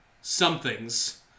somethings